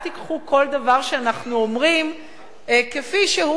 אל תיקחו כל דבר שאנחנו אומרים כפי שהוא,